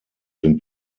den